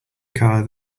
car